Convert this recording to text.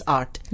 art